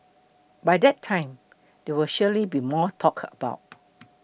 by that time there will surely be more talk about